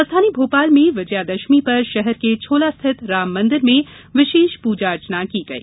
राजधानी भोपाल में विजयादशमी पर शहर के छोला स्थित राममंदिर में आज विशेष पूजा अर्चना की गई